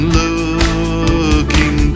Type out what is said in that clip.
looking